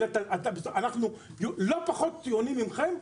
אנחנו לא פחות ציונים ממכם,